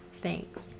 Thanks